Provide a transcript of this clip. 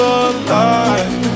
alive